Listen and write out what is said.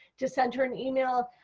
to send her an email,